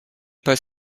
pas